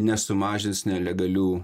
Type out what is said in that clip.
nesumažins nelegalių